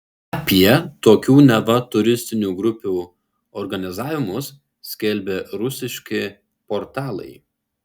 apie tokių neva turistinių grupių organizavimus skelbė rusiški portalai